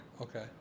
okay